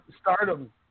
Stardom